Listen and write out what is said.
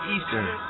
Eastern